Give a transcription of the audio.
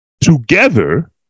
together